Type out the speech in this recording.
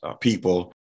people